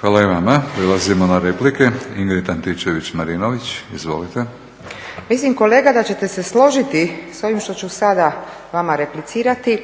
Hvala i vama. Prelazimo na replike. Ingrid Antičević-Marinović, izvolite. **Antičević Marinović, Ingrid (SDP)** Mislim kolega da ćete se složiti sa ovim što su sada vama replicirati,